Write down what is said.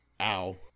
Ow